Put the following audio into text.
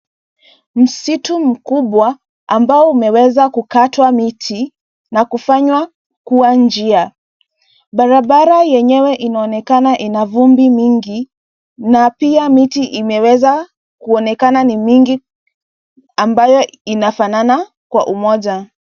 Msitu mkubwa, ambao umeweza kukatwa miti, na kufanywa kuwa njia, barabara yenyewe inaonekana ina vumbi mingi, na pia miti imeweza, kuonekana ni mingi, ambayo inafanana kwa umoja.